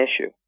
issue